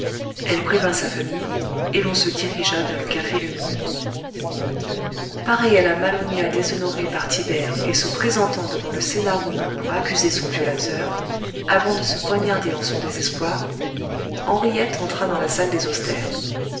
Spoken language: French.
elle prévint sa famille et l'on se dirigea vers le café lumineux pareille à la mallonia déshonorée par tibère et se présentant devant le sénat romain pour accuser son violateur avant de se poignarder en son désespoir henriette entra dans la salle des austères